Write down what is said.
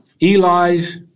Eli's